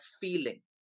feeling